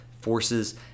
forces